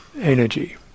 energy